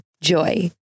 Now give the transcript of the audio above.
Joy